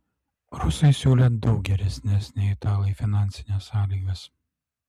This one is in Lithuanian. rusai siūlė daug geresnes nei italai finansines sąlygas